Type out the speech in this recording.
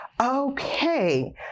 Okay